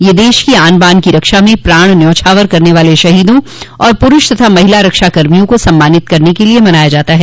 यह देश की आन बान की रक्षा में प्राण न्यौछावर करने वाले शहीदों और पुरुष तथा महिला रक्षाकर्मियों को सम्मानित करने के लिए मनाया जाता है